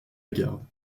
lagarde